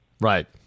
Right